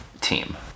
team